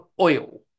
oil